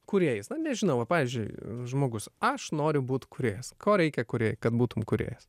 kūrėjais na nežinau pavyzdžiui žmogus aš noriu būt kūrėjas ko reikia kūrėjui kad būtum kūrėjas